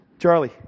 Charlie